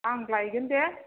आं लायगोन दे